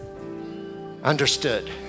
understood